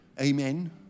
Amen